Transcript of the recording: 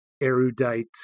erudite